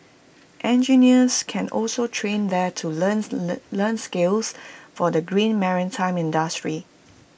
engineers can also train there to learns learn learn skills for the green maritime industry